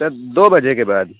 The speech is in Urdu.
سر دو بجے کے بعد